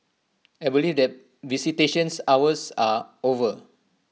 I believe that visitations hours are over